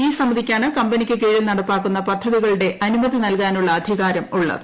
ഈ സമിതിക്കാണ് കമ്പനിക്ക് കീഴിൽ നടപ്പാക്കുന്ന പദ്ധതികളുടെ അനുമതി നൽകാനുള്ള അധികാരം ഉള്ളത്